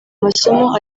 masomo